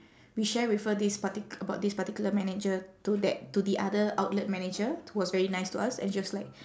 we share with her this partic~ about this particular manager to that to the other outlet manager who was very nice to us and she was like